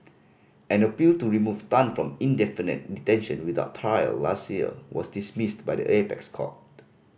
an appeal to remove Tan from indefinite detention without trial last year was dismissed by the apex court